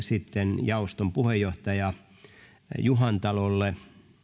edustaja vartialle jaoston puheenjohtajalle juhantalolle